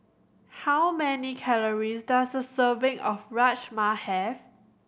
how many calories does a serving of Rajma have